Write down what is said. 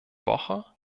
woche